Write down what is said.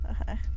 Okay